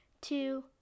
two